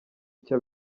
icyo